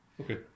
Okay